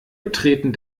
betreten